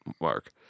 mark